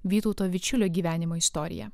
vytauto vičiulio gyvenimo istoriją